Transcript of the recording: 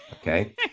Okay